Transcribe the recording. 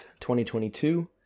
2022